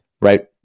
right